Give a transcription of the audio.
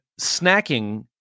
snacking